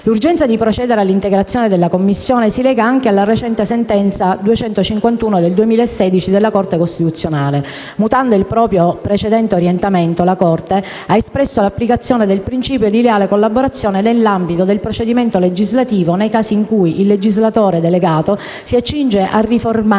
L'urgenza di procedere all'integrazione della Commissione si lega anche alla recente sentenza n. 251 del 2016 della Corte costituzionale. Mutando il proprio precedente orientamento, la Corte ha esteso l'applicabilità del principio di leale collaborazione all'ambito del procedimento legislativo: nei casi in cui «il legislatore delegato si accinge a riformare